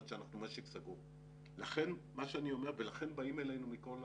משק סגור, ולכן באים אלינו מכל העולם.